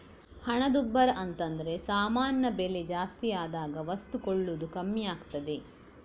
ಹಣದುಬ್ಬರ ಅಂತದ್ರೆ ಸಾಮಾನಿನ ಬೆಲೆ ಜಾಸ್ತಿ ಆದಾಗ ವಸ್ತು ಕೊಳ್ಳುವುದು ಕಮ್ಮಿ ಆಗ್ತದೆ